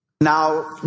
Now